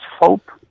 hope